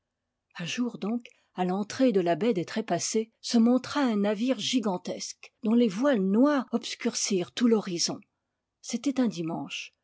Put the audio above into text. un jour donc à l'entrée de la baie des trépassés se montra un navire gigantesque dont les voiles noires obs curcirent tout l'horizon c'était un dimanche